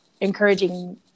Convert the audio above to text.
encouraging